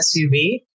SUV